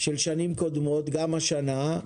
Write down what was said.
של שנים קודמות גם השנה,